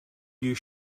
you